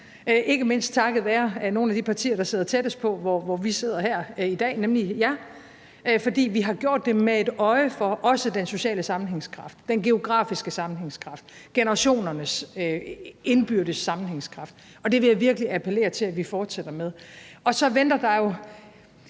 ikke mindst takket være nogle af de partier, der sidder tættest på, hvor vi sidder her i dag, fordi vi også har gjort det med et øje for den sociale sammenhængskraft, den geografiske sammenhængskraft og generationernes indbyrdes sammenhængskraft. Det vil jeg virkelig appellere til at vi fortsætter med. Og så venter der jo